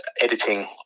editing